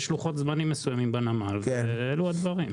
יש לוחות זמנים מסוימים בנמל, ואלו הדברים.